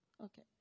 Okay